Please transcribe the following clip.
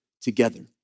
together